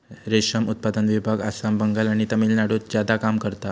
रेशम उत्पादन विभाग आसाम, बंगाल आणि तामिळनाडुत ज्यादा काम करता